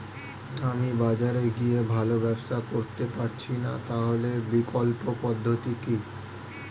আমি বাজারে গিয়ে ভালো ব্যবসা করতে পারছি না তাহলে বিকল্প পদ্ধতি কি?